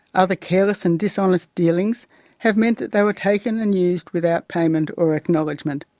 other careless and dishonest dealings have meant that they were taken and used without payment or acknowledgement.